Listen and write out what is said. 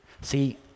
See